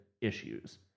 issues